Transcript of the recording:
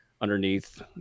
underneath